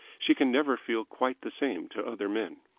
she can never feel quite the same to other men.